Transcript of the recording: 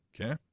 Okay